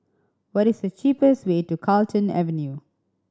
what is the cheapest way to Carlton Avenue